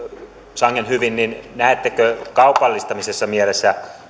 sangen hyvin niin minkälaisia mahdollisuuksia näette kaupallistamisen mielessä